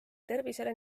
tervisele